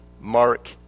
Mark